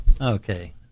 okay